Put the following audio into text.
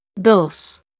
Dos